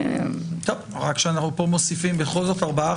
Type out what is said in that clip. רק שפה אנו מוסיפים 4,